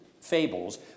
fables